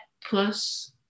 plus